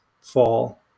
fall